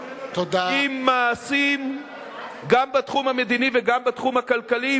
עם מעשים גם בתחום המדיני וגם בתחום הכלכלי,